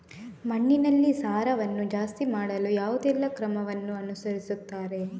ಮಣ್ಣಿನಲ್ಲಿ ಸಾರವನ್ನು ಜಾಸ್ತಿ ಮಾಡಲು ಯಾವುದೆಲ್ಲ ಕ್ರಮವನ್ನು ಅನುಸರಿಸುತ್ತಾರೆ